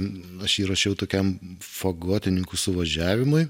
aš jį rašiau tokiam fagotininkų suvažiavimui